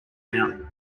mountain